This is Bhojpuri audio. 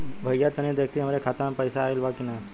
भईया तनि देखती हमरे खाता मे पैसा आईल बा की ना?